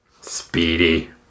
Speedy